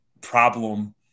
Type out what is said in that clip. problem